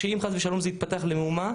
שאם חס ושלום זה יתפתח למהומה.